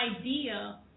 idea